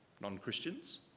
non-Christians